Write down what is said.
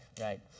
right